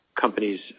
companies